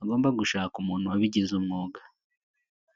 agomba gushaka umuntu wabigize umwuga.